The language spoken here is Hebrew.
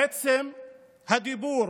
עצם הדיבור